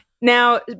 Now